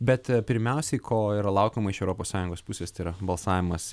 bet pirmiausiai ko yra laukiama iš europos sąjungos pusės tai yra balsavimas